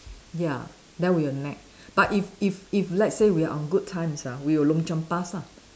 ya then we will nag but if if if let's say we are on good times ah we will lom-chiam-pas lah